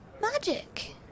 magic